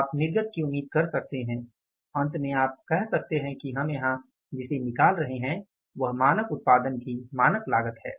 आप निर्गत की उम्मीद कर सकते हैं अंत में आप कह सकते हैं कि हम यहाँ जिसे निकाल रहे हैं वह मानक उत्पादन की मानक लागत है